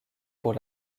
pour